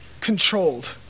controlled